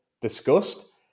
discussed